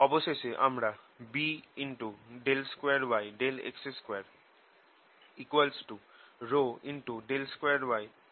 অবশেষে আমরা B2yx2 2yt2 পাই